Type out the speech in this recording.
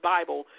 Bible